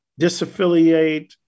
disaffiliate